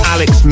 Alex